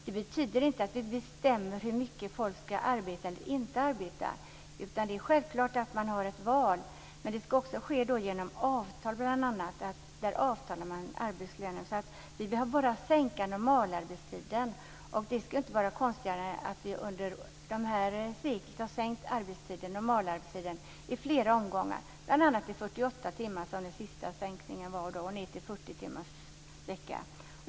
Vi ska alltså inte bestämma hur mycket folk ska arbeta eller inte arbeta, utan man har självfallet ett val. Detta ska ske bl.a. genom avtal med arbetsledarna. Vi vill alltså bara sänka normalarbetstiden. Det ska inte vara konstigare än att man under förra seklet sänkte normalarbetstiden i flera omgångar, bl.a. från 48 timmar ned till 40 timmar, som den senaste sänkningen innebar.